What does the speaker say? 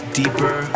deeper